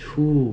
true